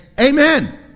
amen